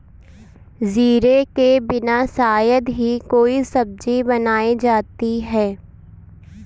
जीरे के बिना शायद ही कोई सब्जी बनाई जाती है